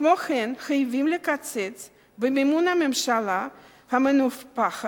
כמו כן חייבים לקצץ במימון הממשלה המנופחת,